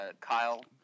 Kyle